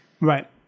Right